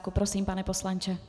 Prosím, pane poslanče.